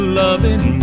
loving